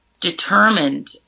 determined